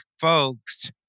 folks